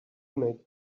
make